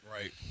right